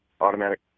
automatic